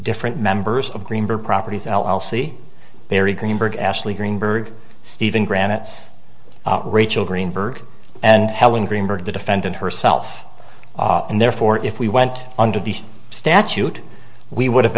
different members of greenberg properties and i'll see barry greenberg ashley greenberg stephen granites rachel greenberg and helen greenberg the defendant herself and therefore if we went under the statute we would have